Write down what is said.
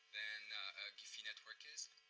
than guifi network is.